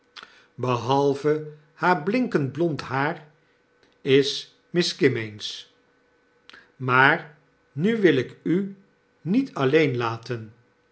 behalve haar blinkend blond haar is miss kimmeens maar nu wil ik wil u niet alleen laten